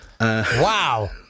Wow